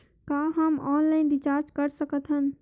का हम online recharge कर सकत हन?